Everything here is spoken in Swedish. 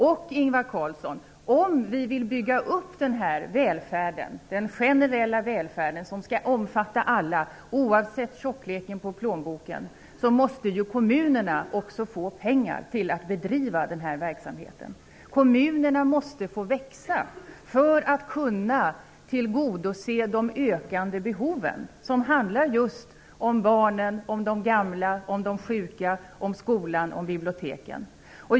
Och, Ingvar Carlsson, om vi vill bygga upp denna generella välfärd som skall omfatta alla oavsett tjockleken på plånboken, måste kommunerna också få pengar till att bedriva denna verksamhet. Kommunerna måste få växa för att kunna tillgodose de ökande behoven, som handlar just om barnen, de gamla, de sjuka, skolan och biblioteken.